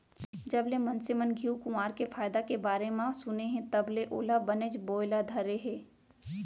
जबले मनसे मन घींव कुंवार के फायदा के बारे म सुने हें तब ले ओला बनेच बोए ल धरे हें